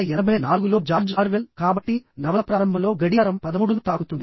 1984లో George Orwell కాబట్టి నవల ప్రారంభంలో గడియారం పదమూడును తాకుతుంది